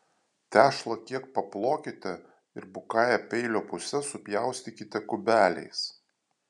tešlą kiek paplokite ir bukąja peilio puse supjaustykite kubeliais